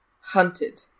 hunted